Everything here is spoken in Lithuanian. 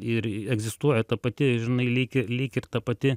ir egzistuoja ta pati žinai lyg ir lyg ir ta pati